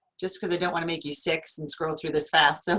just because i don't want to make you sick and scroll through this fast. so